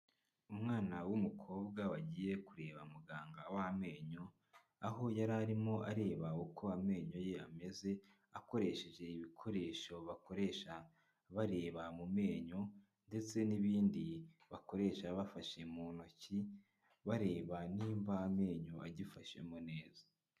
Umwana w'umukobwa wagiye kureba muganga w'amenyo, aho yari arimo areba uko amenyo ye ameze, akoresheje ibikoresho bakoresha bareba mu menyo ndetse n'ibindi bakoresha bafashe mu ntoki, bareba nimba amenyo agifashemo neza.